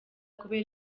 kubera